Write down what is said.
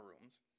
rooms